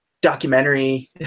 documentary